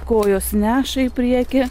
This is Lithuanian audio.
kojos neša į priekį